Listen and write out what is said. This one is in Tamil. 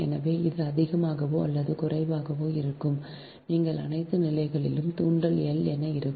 எனவே இது அதிகமாகவோ அல்லது குறைவாகவோ இருக்கும் நீங்கள் அனைத்து நிலைகளிலும் தூண்டல் L என இருக்கும்